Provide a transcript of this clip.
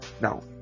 Now